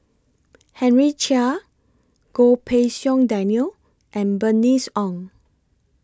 Henry Chia Goh Pei Siong Daniel and Bernice Ong